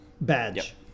badge